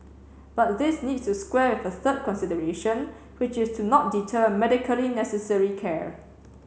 but this needs to square with a third consideration which is to not deter medically necessary care